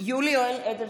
יולי יואל אדלשטיין,